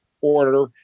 order